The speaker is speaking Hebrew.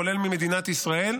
כולל ממדינת ישראל,